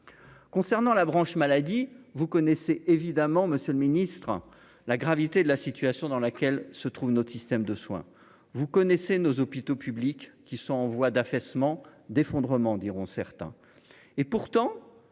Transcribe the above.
concernant la branche maladie, vous connaissez évidemment Monsieur le Ministre, la gravité de la situation dans laquelle se trouve notre système de soins, vous connaissez nos hôpitaux publics qui sont en voie d'affaissement d'effondrement, diront certains, et pourtant